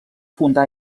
fundà